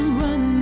run